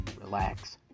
relax